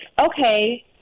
okay